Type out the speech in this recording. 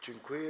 Dziękuję.